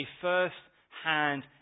first-hand